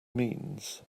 means